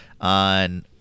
on